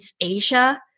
Asia